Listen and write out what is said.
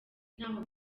ntaho